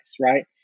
right